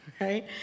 right